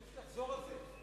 חשוב שתחזור על זה.